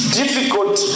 difficult